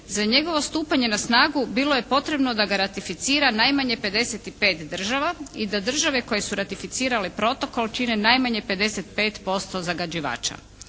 Za njegovo stupanje na snagu bilo je potrebno da ga ratificira najmanje 55 država i da države koje su ratificirale protokol čine najmanje 55% zagađivača.